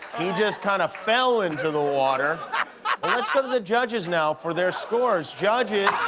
he just kind of fell into the water. but let's go to the judges now for their scores. judges?